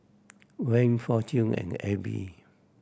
Van Fortune and Aibi